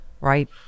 right